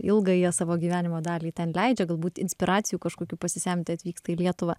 ilgąją savo gyvenimo dalį ten leidžia galbūt inspiracijų kažkokių pasisemti atvyksta į lietuvą